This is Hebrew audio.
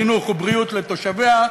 חינוך ובריאות לתושביה,